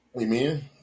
Amen